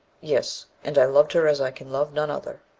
yes, and i loved her as i can love none other.